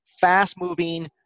fast-moving